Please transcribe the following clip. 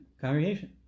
congregation